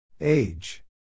Age